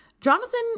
jonathan